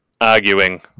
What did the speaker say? arguing